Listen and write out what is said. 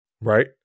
right